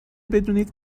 بدونید